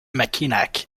mackinac